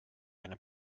eine